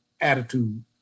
attitude